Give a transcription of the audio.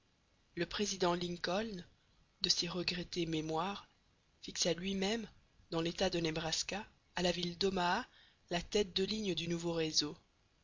le président lincoln de si regrettée mémoire fixa lui-même dans l'état de nebraska à la ville d'omaha la tête de ligne du nouveau réseau